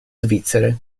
svizzere